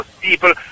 People